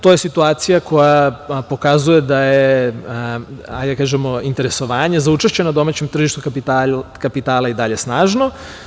To je situacija koja pokazuje da je interesovanje za učešće na domaćem tržištu kapitala i dalje snažno.